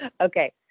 Okay